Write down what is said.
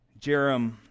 Jerem